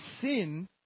sin